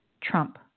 Trump